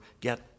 get